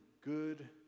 good